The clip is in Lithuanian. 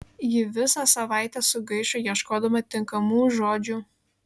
ji visą savaitę sugaišo ieškodama tinkamų žodžių